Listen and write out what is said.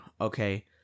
okay